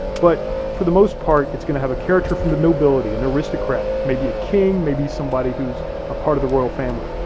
but for the most part, it's gonna have a character from the nobility an aristocrat, maybe a king, maybe somebody who's a part of the royal family.